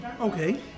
Okay